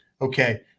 okay